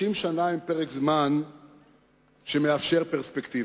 30 שנה הן פרק זמן שמאפשר פרספקטיבה.